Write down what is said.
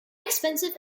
expensive